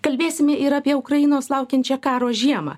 kalbėsime ir apie ukrainos laukiančią karo žiemą